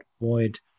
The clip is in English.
void